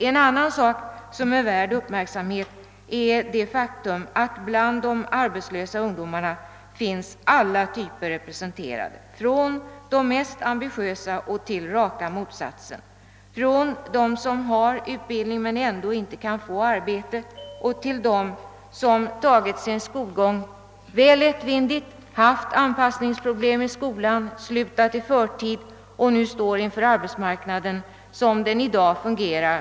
En annan sak som är värd uppmärksamhet är det faktum, att alla typer finns representerade bland de arbetslösa ungdomarna — från de mest ambitiösa och till raka motsatsen, från dem som har utbildning men ändå inte kan få arbete och till dem som tagit sin skolgång väl lättvindigt, haft anpassningsproblem i skolan, slutat i förtid och nu står med ett stort handikapp inför arbetsmarknaden som den i dag fungerar.